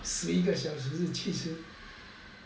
十一个小时是七十